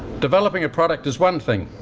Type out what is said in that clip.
developing a product is one thing.